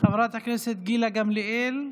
חברת הכנסת גילה גמליאל,